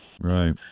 Right